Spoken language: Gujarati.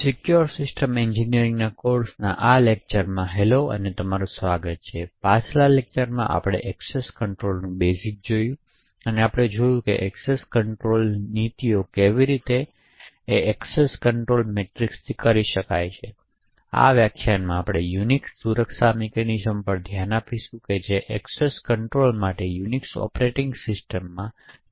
સિક્યોર સિસ્ટમ એન્જિનિયરિંગના કોર્સના આ લેક્ચરમાં હેલો અને સ્વાગત છે પાછલા લેક્ચરમાં આપણે એક્સેસ કંટ્રોલ નું બેસિક જોયું અને આપણે જોયું એક્સેસ નિયંત્રણ નીતિઓ કેવી રીતે એક્સેસ કંટ્રોલ મેટ્રિક્સથી કરી શકાય તેથી આ વ્યાખ્યાનમાં આપણે યુનિક્સ સુરક્ષા મિકેનિઝમ્સ પર ધ્યાન આપીશું જે એક્સેસ કંટ્રોલ માટે યુનિક્સ ઑપરેટિંગ સિસ્ટમમાં નિયંત્રણ તકનીક છે